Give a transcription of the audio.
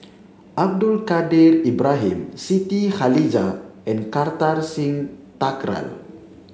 Abdul Kadir Ibrahim Siti Khalijah and Kartar Singh Thakral